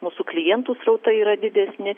mūsų klientų srautai yra didesni